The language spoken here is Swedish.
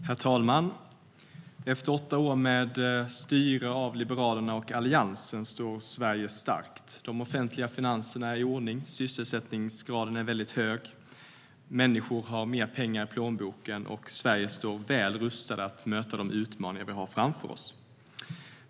Herr talman! Efter åtta år med styre av Liberalerna och Alliansen står Sverige starkt. De offentliga finanserna är i ordning, sysselsättningsgraden är väldigt hög, människor har mer pengar i plånboken och vi står väl rustade att möta de utmaningar vi har framför oss.